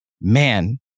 Man